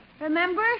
Remember